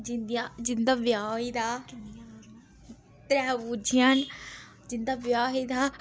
जिंदिया जिंदा ब्याह् होई दा त्रै बूजियां न जिंदा ब्याह् होई गेदा